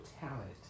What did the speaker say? talent